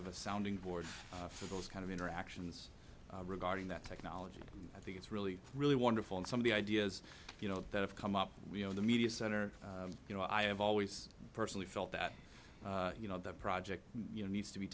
of a sounding board for those kind of interactions regarding that technology i think it's really really wonderful and some of the ideas you know that have come up in the media center you know i have always personally felt that you know the project you know needs to be